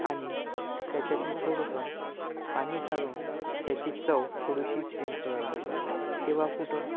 आणि त्या चटणीत थोडंसं पाणी घालून त्याची चव थोडीशी चेंज करावी लागेन तेव्हा कुठं